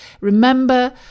Remember